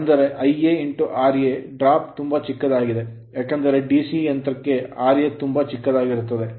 ಆದ್ದರಿಂದ Iara drop ತುಂಬಾ ಚಿಕ್ಕದಾಗಿದೆ ಏಕೆಂದರೆ DC ಯಂತ್ರಕ್ಕೆ Ra ತುಂಬಾ ಚಿಕ್ಕದಾಗಿದೆ